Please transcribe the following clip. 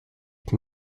can